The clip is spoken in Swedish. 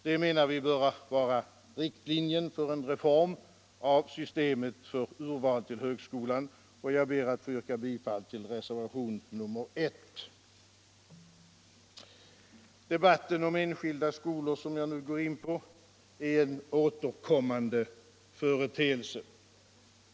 Det menar vi bör vara triktlinjerna för en reform av systemet för urval till högskolan, och jag ber att få yrka bifall till reservationen 1. Debatten om enskilda skolor, som jag nu. går in på, är en återkommande företeelse.